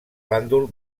bàndol